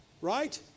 Right